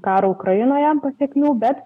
karo ukrainoje pasekmių bet